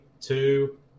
two